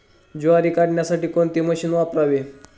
ज्वारी काढण्यासाठी कोणते मशीन वापरावे?